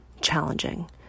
challenging